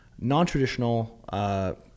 non-traditional